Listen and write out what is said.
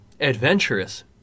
adventurous